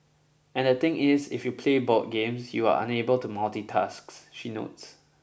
and the thing is if you play board games you are unable to multitasks she notes